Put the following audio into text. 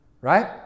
Right